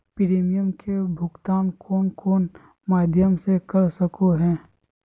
Premium के भुक्तान कौन कौन माध्यम से कर सको है?